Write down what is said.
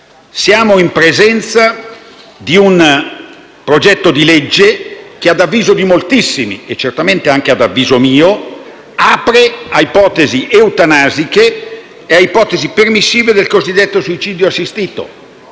Siamo in presenza di un disegno di legge che, ad a avviso di moltissimi e certamente anche mio, apre ad ipotesi eutanasiche e permissive del cosiddetto suicidio assistito.